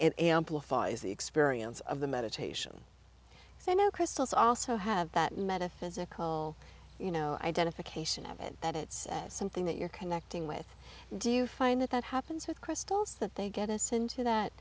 is the experience of the meditation so now crystal's also have that metaphysical you know identification of it that it's something that you're connecting with do you find that that happens with crystals that they get us into that